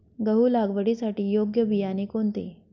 गहू लागवडीसाठी योग्य बियाणे कोणते?